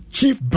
Chief